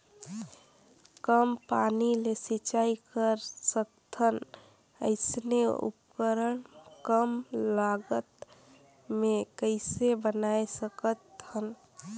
कम पानी ले सिंचाई कर सकथन अइसने उपकरण कम लागत मे कइसे बनाय सकत हन?